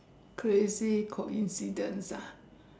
crazy coincidence ah